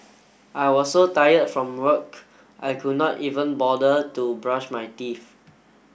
I was so tired from work I could not even bother to brush my teeth